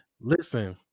listen